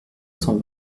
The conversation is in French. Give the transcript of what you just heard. cent